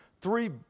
three